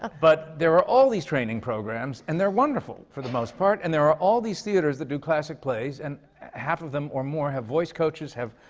but there are all these training programs, and they're wonderful, for the most part. and there are all these theatres that do classic plays, and half of them or more have voice coaches, have,